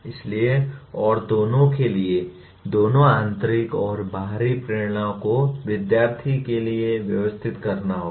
इसलिए और दोनों के लिए दोनों आंतरिक और बाहरी प्रेरणाओं को विद्यार्थी के लिए व्यवस्थित करना होगा